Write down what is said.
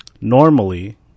normally